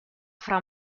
fra